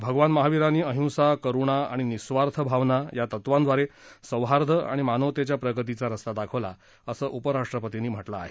भगवान महावीरांनी अहिंसा करूणा आणि निस्वार्थ भावना या तत्वांद्वारे सौहार्द आणि मानवतेच्या प्रगतीचा रस्ता दाखवला असं उपराष्ट्रपतींनी म्हटलं आहे